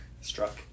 Struck